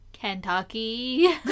Kentucky